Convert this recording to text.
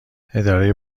اداره